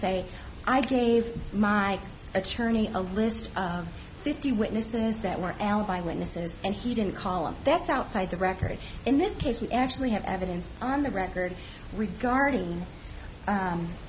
say i gave my attorney a list of fifty witnesses that were alibi witnesses and he didn't call and that's outside the record in this case you actually have evidence on the record regarding